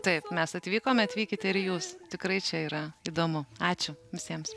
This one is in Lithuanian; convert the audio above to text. taip mes atvykome atvykite ir jūs tikrai čia yra įdomu ačiū visiems